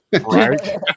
Right